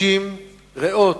60 ריאות,